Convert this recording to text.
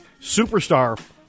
superstar